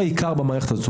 העיקר במערכת הזו.